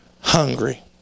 hungry